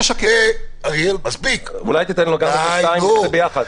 אולי תתן לו עוד קריאה ונצא ביחד.